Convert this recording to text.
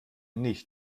nicht